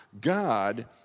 God